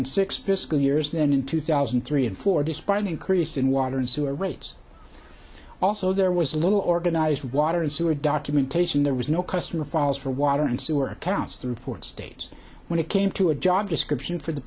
and six biscoe years than in two thousand and three and four despite an increase in water and sewer rates also there was a little organized water and sewer documentation there was no customer files for water and sewer accounts through four states when it came to a job description for the